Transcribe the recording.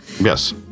Yes